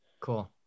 Cool